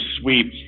sweep